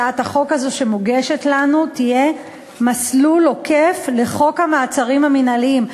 הצעת החוק שמוגשת לנו תהיה מסלול עוקף של חוק המעצרים המינהליים.